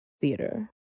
theater